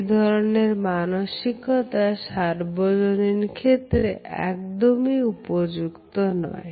এই ধরনের মানসিকতা সার্বজনীন ক্ষেত্রে একদমই উপযুক্ত নয়